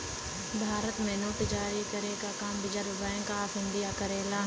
भारत में नोट जारी करे क काम रिज़र्व बैंक ऑफ़ इंडिया करेला